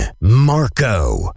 Marco